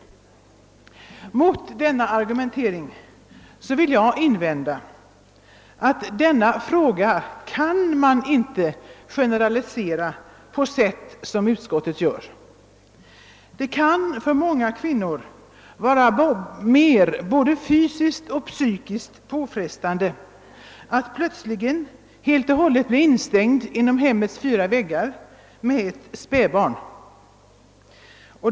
Mot denna argumentering vill jag invända, att man inte kan generalisera denna fråga på det sätt som utskottet gör. Det kan för många kvinnor vara mer både fysiskt och psykiskt påfrestande att plötsligen bli instängd inom hemmets fyra väggar med ett spädbarn.